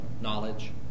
knowledge